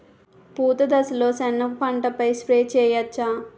పూత దశలో సెనగ పంటపై స్ప్రే చేయచ్చా?